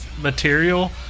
material